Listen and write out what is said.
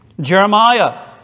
Jeremiah